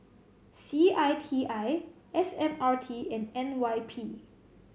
C I T I S M R T and N Y P